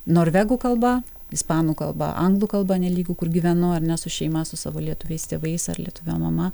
norvegų kalba ispanų kalba anglų kalba nelygu kur gyvenu ar ne su šeima su savo lietuviais tėvais ar lietuve mama